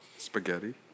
Spaghetti